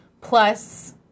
Plus